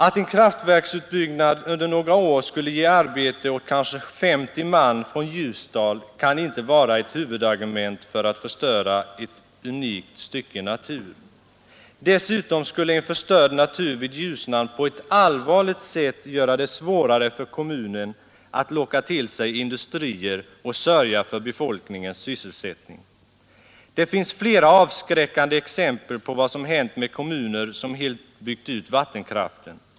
Att en kraftverksutbyggnad under några år skulle ge arbete åt kanske 50 man från Ljusdal kan inte vara ett huvudargument för att förstöra ett unikt stycke natur. Dessutom skulle en förstörd natur vid Ljusnan på ett allvarligt sätt göra det svårare för kommunen att locka till sig industrier och sörja för befolkningens sysselsättning. Det finns flera avskräckande exempel på vad som hänt med kommuner som helt byggt ut vattenkraften.